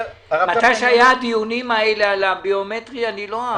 כאשר התקיימו הדיונים על הביומטרי אני לא אהבתי את זה.